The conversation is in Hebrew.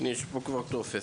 יש פה כבר טופס.